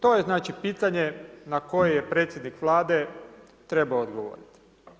To je znači pitanje na koje je predsjednik Vlade trebao odgovoriti.